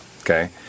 okay